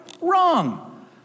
Wrong